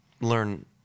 learn